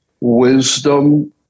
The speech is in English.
wisdom